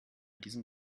diesem